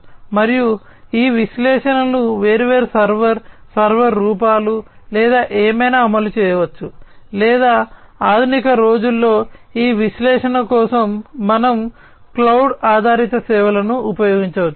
మరియు ఈ విశ్లేషణలను వేర్వేరు సర్వర్ సర్వర్ రూపాలు లేదా ఏమైనా అమలు చేయవచ్చు లేదా ఆధునిక రోజుల్లో ఈ విశ్లేషణల కోసం మనము క్లౌడ్ ఆధారిత సేవలను ఉపయోగించవచ్చు